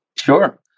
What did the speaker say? Sure